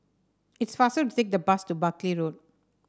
it's faster to take the bus to Buckley Road